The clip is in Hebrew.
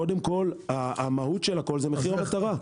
קודם כל מהות הכול זה מחיר המטרה.